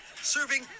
serving